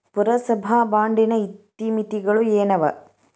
ಪುರಸಭಾ ಬಾಂಡಿನ ಇತಿಮಿತಿಗಳು ಏನವ?